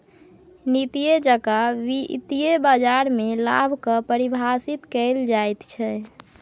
नीक जेकां वित्तीय बाजारमे लाभ कऽ परिभाषित कैल जाइत छै